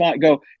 go